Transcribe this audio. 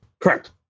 Correct